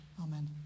Amen